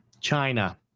China